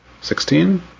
sixteen